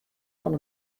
fan